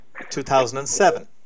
2007